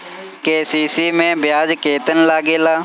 KCC मै ब्याज केतनि लागेला?